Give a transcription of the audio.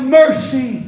mercy